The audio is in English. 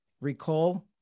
recall